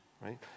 right